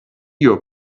your